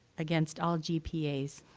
against all g p a s.